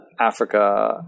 Africa